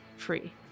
Free